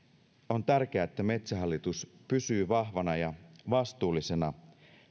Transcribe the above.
on tärkeää että metsähallitus pysyy vahvana ja vastuullisena